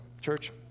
Church